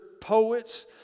poets